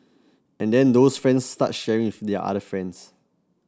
and then those friends start sharing with their other friends